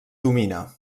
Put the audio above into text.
domina